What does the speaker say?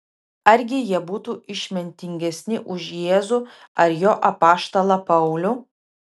argi jie būtų išmintingesni už jėzų ar jo apaštalą paulių